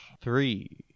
Three